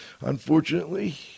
Unfortunately